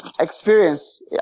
Experience